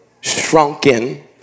shrunken